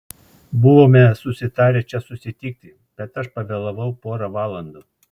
buvome susitarę čia susitikti bet aš pavėlavau pora valandų